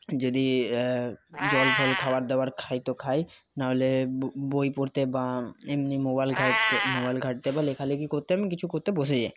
যদি জল ফল খাবার দাবার খাই তো খাই না হলে বই পড়তে বা এমনি মোবাইল ঘাঁটতে মোবাইল ঘাঁটতে বা লেখালেখি করতে আমি কিছু করতে বসে যাই